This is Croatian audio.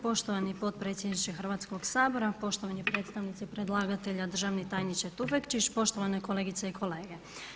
Poštovani potpredsjedniče Hrvatskog sabora, poštovani predstavnici predlagatelja, državni tajniče Tufekčić, poštovane kolegice i kolege.